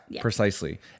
precisely